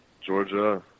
Georgia